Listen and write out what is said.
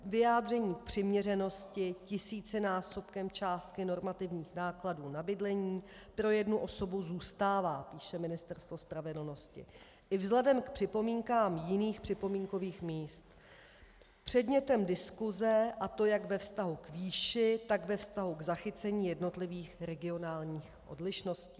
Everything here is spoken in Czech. Vyjádření přiměřenosti tisícinásobkem částky normativních nákladů na bydlení pro jednu osobu zůstává, píše Ministerstvo spravedlnosti, i vzhledem k připomínkám jiných připomínkových míst předmětem diskuze, a to jak ve vztahu k výši, tak ve vztahu k zachycení jednotlivých regionálních odlišností.